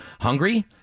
hungry